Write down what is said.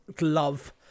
love